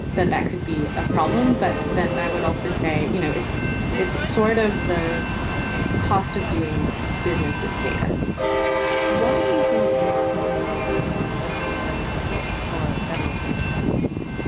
that that could be a problem. but then i would also say, you know, it's it's sort of the cost of doing business with data why do you think there has never been a successful push for ah federal data privacy law?